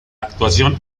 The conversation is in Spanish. actuación